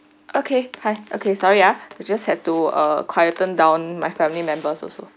okay hi okay sorry ah I just had to uh quieter down my family members also